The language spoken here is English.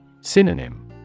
Synonym